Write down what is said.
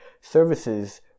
services